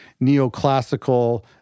neoclassical